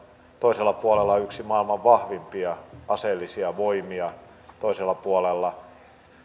toisella puolella on yksi maailman vahvimpia aseellisia voimia toisella puolella kansa on